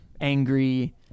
Angry